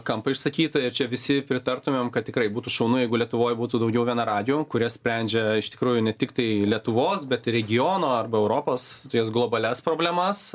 kampą išsakytą ir čia visi pritartumėm kad tikrai būtų šaunu jeigu lietuvoj būtų daugiau vienaragių kurias sprendžia iš tikrųjų ne tiktai lietuvos bet ir regiono arba europos tokias globalias problemas